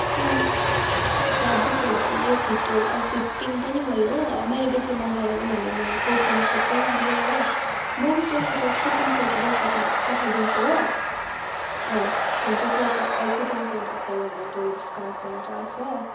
fabric हो डल्लै फिटहरू फिटिङ पनि भयो हो मैले बेसी मगाएर उनीहरूले मलाई कुपन कोड पनि दियो हो म पनि तँपाई त्यो कुपन कोड व्हाट्सएपमा पठाइदिन्छु हो अँ त्यहाँदेखि त्यो कुपन कोड एप्लाई गरेर तैले डिस्काउन्ट पाउँछस् हो